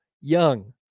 young